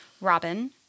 Robin